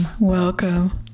Welcome